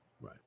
right